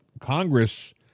Congress